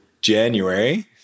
January